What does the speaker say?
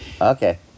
Okay